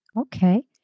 Okay